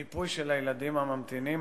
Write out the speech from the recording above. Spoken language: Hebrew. מיפוי של הילדים הממתינים,